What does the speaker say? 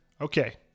Okay